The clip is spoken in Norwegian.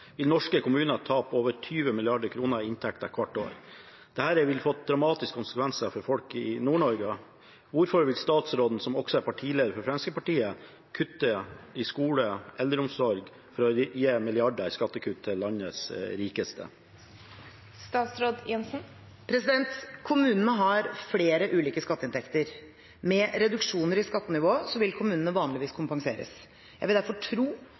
vil statsråden, som også er partileder for Fremskrittspartiet, kutte i skole og eldreomsorg for å gi milliarder i skattekutt til landets rikeste?» Kommunene har flere ulike skatteinntekter. Med reduksjoner i skattenivået vil kommunene vanligvis kompenseres. Jeg vil derfor tro